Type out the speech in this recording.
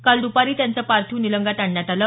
काल दुपारी त्यांचं पार्थिव निलंग्यात आणण्यात आलं